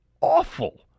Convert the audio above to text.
awful